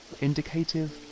indicative